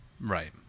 Right